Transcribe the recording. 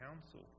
Council